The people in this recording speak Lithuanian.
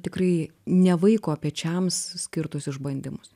tikrai ne vaiko pečiams skirtus išbandymus